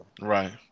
Right